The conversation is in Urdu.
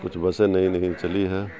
کچھ بسیں نئی لیکن چلی ہیں